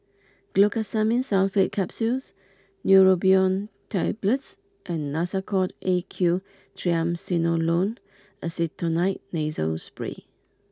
Glucosamine Sulfate Capsules Neurobion Tablets and Nasacort A Q Triamcinolone Acetonide Nasal Spray